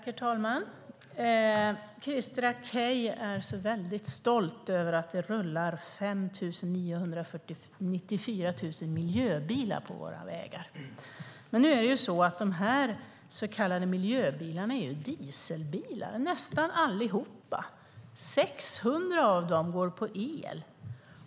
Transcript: Herr talman! Christer Akej är så väldigt stolt över att det rullar 594 000 miljöbilar på våra vägar. Men nu är det så att nästan alla de så kallade miljöbilarna är dieselbilar. 600 av dem går på el.